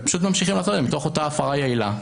ממשיכים לעשות את זה מתוך אותה הפרה יעילה.